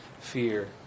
fear